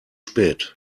spät